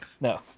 No